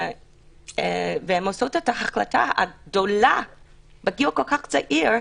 והן עושות את ההחלטה הגדולה בגיל כל כך צעיר,